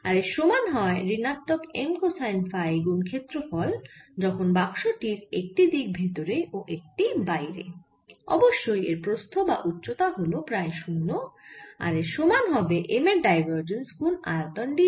আর এর সমান হয় ঋণাত্মক M কোসাইন ফাই গুন ক্ষেত্রফল যখন বাক্স টির একটি দিক ভেতরে ও একটি বাইরে অবশ্যই এর প্রস্থ বা উচ্চতা হল প্রায় 0 আর এর সমান হবে M এর ডাইভারজেন্স গুন আয়তন dv